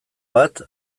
bat